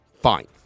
Fine